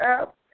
up